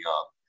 up